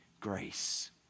grace